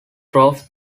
through